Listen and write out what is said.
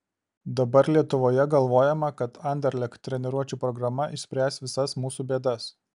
dabar lietuvoje galvojama kad anderlecht treniruočių programa išspręs visas mūsų bėdas